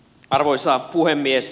arvoisa puhemies